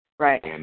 Right